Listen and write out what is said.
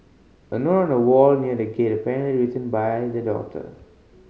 a note on a wall near the gate apparently written by the daughter